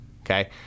Okay